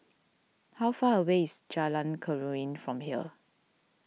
how far away is Jalan Keruing from here